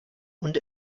und